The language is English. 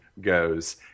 goes